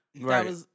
Right